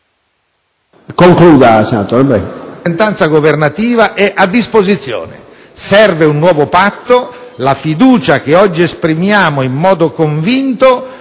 Concluda, senatore